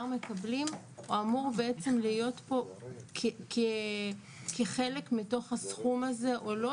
מקבלים אמור בעצם להיות פה כחלק מתוך הסכום הזה או לא,